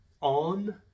on